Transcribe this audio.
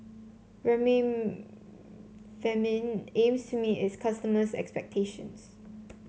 aims to meet its customers' expectations